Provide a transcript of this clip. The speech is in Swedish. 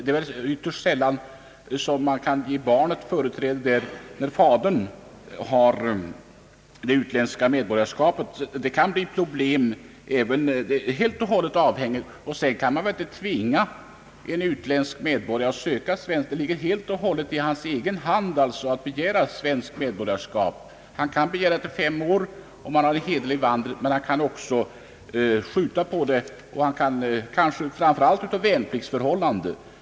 Det är ytterst sällan man kan ge barnet företräde, när fadern är utländsk medborgare. Man kan inte heller tvinga en utländsk medborgare att söka svenskt medborgarskap. Avgörandet ligger helt och hållet i hans egen hand. Han kan ansöka om det efter fem år, om han har fört en hederlig vandel, men han kan också skjuta på det, något som främst sker på grund av värnpliktsförhållanden.